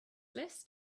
list